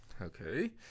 Okay